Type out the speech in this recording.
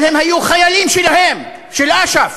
אבל הם היו חיילים שלהם, של אש"ף,